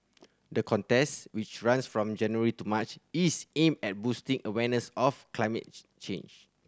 the contest which runs from January to March is aimed at boosting awareness of climate change